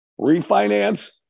refinance